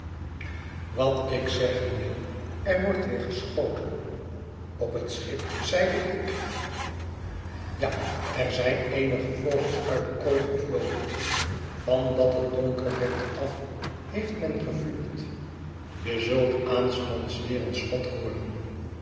wat ik zeggen wil er wordt weer geschoten op bet schip zeide ik ja er zijn eenige vogels nit de kooi gevlogen van dat bet donker werd af heeftmen gevuurd je zult aanstonds weer een schot hooren